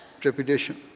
trepidation